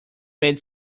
made